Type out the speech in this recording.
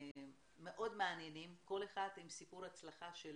מאוד מעניינים, כל אחד עם סיפור הצלחה שלו,